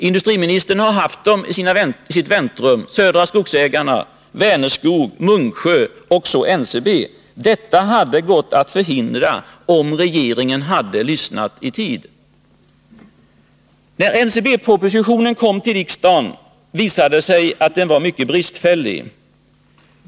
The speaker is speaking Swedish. Industriministern har haft dem i sitt väntrum. Det har varit representanter från Södra Skogsägarna, Vänerskog, Munksjö och NCB. Detta hade gått att förhindra, om regeringen hade lyssnat i tid. När NCB-propositionen kom till riksdagen visade det sig att den var mycket bristfällig.